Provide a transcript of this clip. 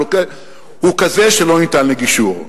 הוא כזה שהוא לא ניתן לגישור.